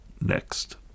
next